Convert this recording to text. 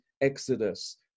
exodus